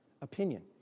opinion